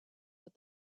what